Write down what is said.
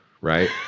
right